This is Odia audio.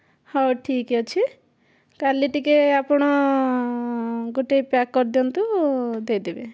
ହଉ ଠିକ୍ ଅଛି କାଲି ଟିକିଏ ଆପଣ ଗୋଟେ ପ୍ୟାକ୍ କରି ଦିଅନ୍ତୁ ଦେଇଦେବେ